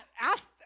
ask